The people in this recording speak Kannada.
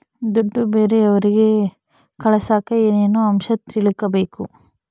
ದುಡ್ಡು ಬೇರೆಯವರಿಗೆ ಕಳಸಾಕ ಏನೇನು ಅಂಶ ತಿಳಕಬೇಕು?